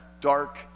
dark